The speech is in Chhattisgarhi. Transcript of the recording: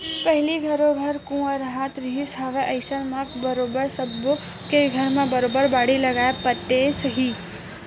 पहिली घरो घर कुँआ राहत रिहिस हवय अइसन म बरोबर सब्बो के घर म बरोबर बाड़ी लगाए पातेस ही